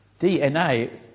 DNA